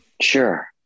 Sure